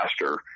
faster